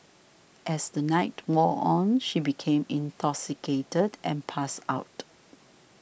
as the night wore on she became intoxicated and passed out